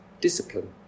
Discipline